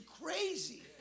crazy